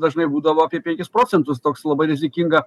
dažnai būdavo apie penkis procentus toks labai rizikinga